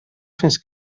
fins